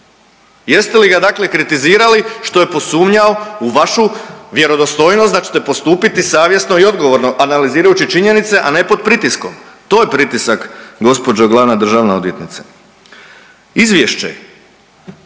Jeste li ga dakle kritizirali što je posumnjao u vašu vjerodostojnost da ćete postupiti savjesno i odgovorno, analizirajući činjenice, a ne pod pritiskom? To je pritisak gospođo glavna državna odvjetnice. Izvješće,